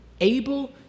able